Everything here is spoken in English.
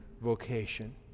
vocation